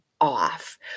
off